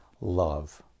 love